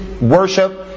worship